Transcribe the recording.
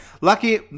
lucky